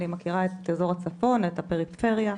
אני מכירה את אזור הצפון, את הפריפריה.